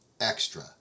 extra